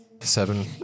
Seven